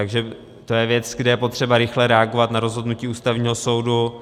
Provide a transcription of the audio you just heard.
To je věc, kde je potřeba rychle reagovat na rozhodnutí Ústavního soudu.